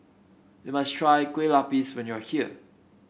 you must try Kueh Lapis when you are here